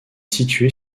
située